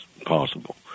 possible